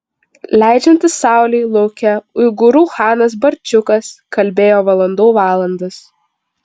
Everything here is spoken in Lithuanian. leidžiantis saulei lauke uigūrų chanas barčiukas kalbėjo valandų valandas